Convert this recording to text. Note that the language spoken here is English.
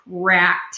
cracked